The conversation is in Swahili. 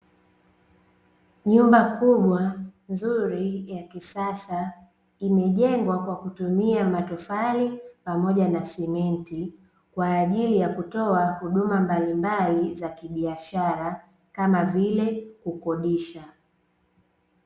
Nyumba kubwa nzuri ya kisiasa imejengwa kwa kutumia matofali pamoja na simenti, kwa ajili ya kutoa huduma mbalimbali za kibiashara kama vile kukodisha.